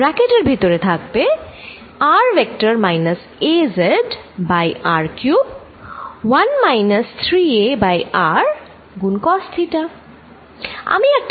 ব্রাকেটের ভিতর আছে r vector minus az by r cube 1 minus 3a by r গুন cos theta